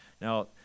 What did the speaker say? Now